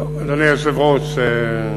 אדוני היושב-ראש,